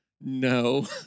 No